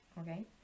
Okay